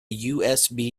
usb